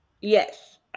Yes